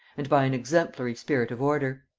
and by an exemplary spirit of order.